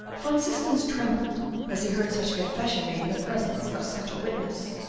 van systens trembled as he heard such a confession made in the presence of such a witness.